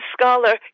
scholar